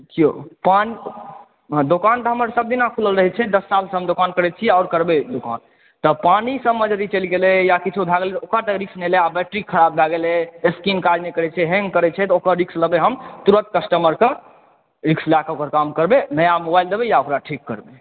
देखियौ दोकान दोकान तऽ हमर सभ दिना खुलल रहै छै दश सालसे हम दोकान करैत छी आओर करबै हम दोकान तऽ पानिसभमे यदि चलि गेलै या किछो भए गेलै तऽ ओकर तऽ रिस्क बैटरीक खराब भए गेलै स्क्रीन काज नहि करै छै हैंग करै छै तऽ ओकर रिस्क लेबै हम तुरंत कस्टमरकेॅं रिस्क लए कऽ ओकर काम करबै नया मोबाइल देबै या ओकरा ठीक करबै